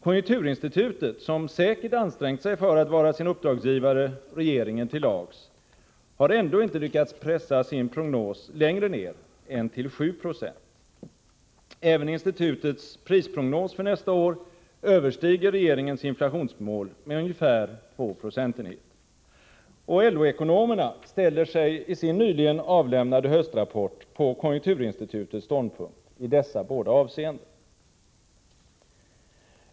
Konjunkturinstitutet, som säkert ansträngt sig för att vara sin uppdragsgivare regeringen till lags, har ändå inte lyckats pressa sin prognos längre ned än till 7 96. Även institutets prisprognos för nästa år överstiger regeringens inflationsmål med åtminstone 2 procentenheter. LO-ekonomerna ställer sig i sin nyligen avlämnade höstrapport på konjunkturinstitutets ståndpunkt i dessa båda avseenden.